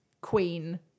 queen